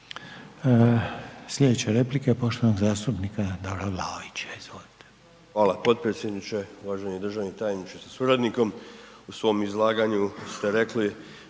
Sljedeća replika je poštovanog zastupnika Davora Vlaovića. Izvolite.